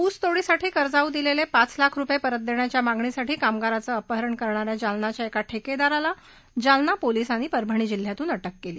ऊसतोडीसाठी कर्जाऊ दिलेले पाच लाख रुपये परत देण्याच्या मागणीसाठी कामगाराचं अपहरण करणाऱ्या जालन्याच्या एका ठेकेदाराला जालना पोलिसांनी परभणी जिल्ह्यातून अटक केली